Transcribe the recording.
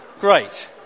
Great